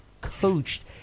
coached